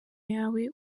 yawe